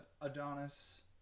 Adonis